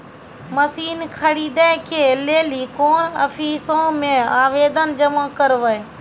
Machine खरीदै के लेली कोन आफिसों मे आवेदन जमा करवै?